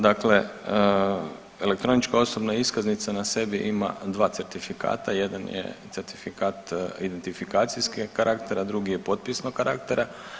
Dakle, elektronička osobna iskaznica na sebi ima dva certifikata, jedan je certifikat identifikacijskog karaktera, drugi je potpisnog karaktera.